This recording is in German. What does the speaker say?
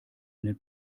einen